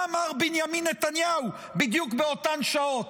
מר בנימין נתניהו בדיוק באותן שעות.